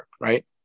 right